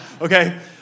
Okay